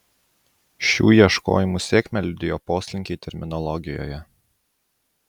šių ieškojimų sėkmę liudijo poslinkiai terminologijoje